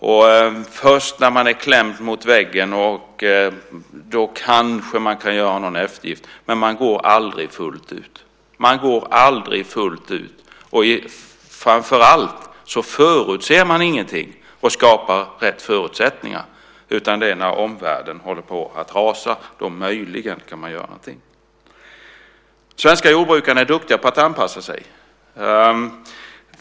Och först när man är klämd mot väggen kanske man kan göra någon eftergift. Men man går aldrig fullt ut. Framför allt förutser man ingenting eller skapar rätt förutsättningar, utan det är när omvärlden håller på att rasa som man möjligen kan göra någonting. De svenska jordbrukarna är duktiga på att anpassa sig.